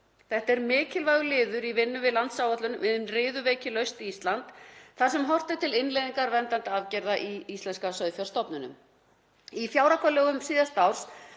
Þetta er mikilvægur liður í vinnu við landsáætlun um riðuveikilaust Ísland þar sem horft er til innleiðingar verndandi arfgerða í íslenska sauðfjárstofninn. Í fjáraukalögum síðasta árs